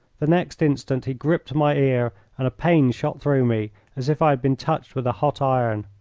the next instant he gripped my ear and a pain shot through me as if i had been touched with a hot iron.